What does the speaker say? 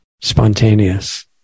spontaneous